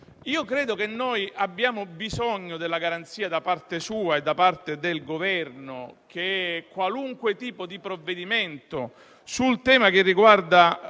Credo che abbiamo bisogno della garanzia da parte sua e da parte del Governo che qualunque tipo di provvedimento sul tema dell'emergenza